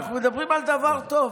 אנחנו מדברים על דבר טוב,